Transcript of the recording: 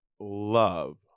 love